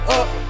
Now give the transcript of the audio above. up